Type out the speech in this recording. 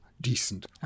decent